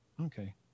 okay